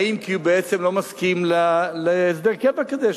האם כי הוא בעצם לא מסכים להסדר קבע כזה,